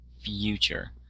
future